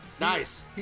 Nice